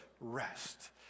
rest